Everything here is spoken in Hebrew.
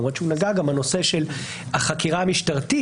למרות שהוא נגע גם בנושא של החקירה המשטרית,